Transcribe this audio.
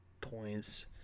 points